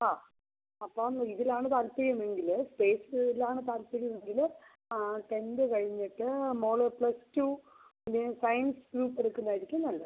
ആ അപ്പം ഇതിലാണ് താൽപ്പര്യമെങ്കിൽ സ്പേസിലാണ് താൽപ്പര്യം എങ്കിൽ ആ ടെൻത് കഴിഞ്ഞിട്ട് മോൾ പ്ലസ് ടുന് സയൻസ് ഗ്രൂപ്പ് എടുക്കുന്നത് ആയിരിക്കും നല്ലത്